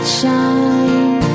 shine